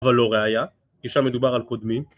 אבל לא ראייה, כי שם מדובר על קודמים,